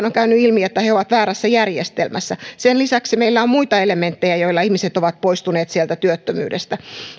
on käynyt ilmi että he ovat väärässä järjestelmässä sen lisäksi meillä on muita elementtejä joilla ihmiset ovat poistuneet sieltä työttömyydestä